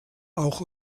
auch